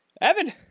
Evan